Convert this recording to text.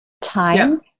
time